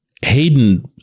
Hayden